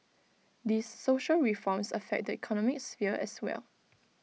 these social reforms affect the economic sphere as well